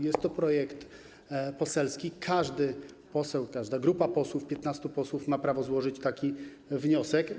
Jest to projekt poselski, każdy poseł, każda grupa posłów, 15 posłów, ma prawo złożyć taki wniosek.